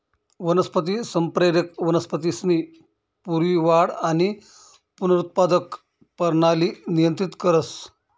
वनस्पती संप्रेरक वनस्पतीसनी पूरी वाढ आणि पुनरुत्पादक परणाली नियंत्रित करस